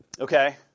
Okay